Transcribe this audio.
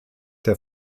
der